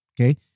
Okay